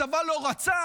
הצבא לא רצה,